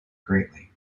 greatly